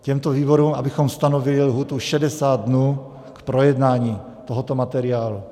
Těmto výborům abychom stanovili lhůtu 60 dnů k projednání tohoto materiálu.